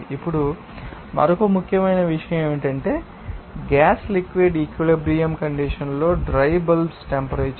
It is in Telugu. ఇప్పుడు మరొక ముఖ్యమైన విషయం ఏమిటంటే గ్యాస్ లిక్విడ్ ఈక్వలెబ్రియంకండీషన్ లో డ్రై బల్బ్ టెంపరేచర్